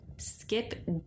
skip